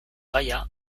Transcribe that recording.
gaia